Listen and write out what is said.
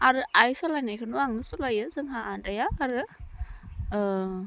आरो आइ सालायनायखोनो आं सालायो जोंहा आदाया आरो